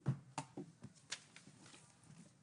בעד, אין נגד ואין נמנעים.